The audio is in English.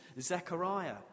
Zechariah